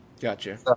Gotcha